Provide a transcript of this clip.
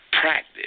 practice